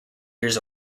years